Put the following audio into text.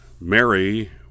Mary